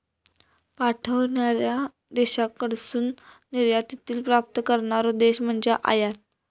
पाठवणार्या देशाकडसून निर्यातीत प्राप्त करणारो देश म्हणजे आयात